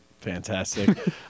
Fantastic